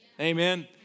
Amen